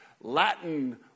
Latin